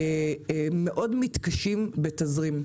הם מאוד מתקשים בתזרים.